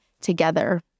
together